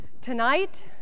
tonight